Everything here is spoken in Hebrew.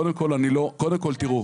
קודם כל, אני לא, קודם כל, תראו.